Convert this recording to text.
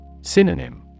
Synonym